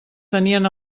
tenien